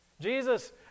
Jesus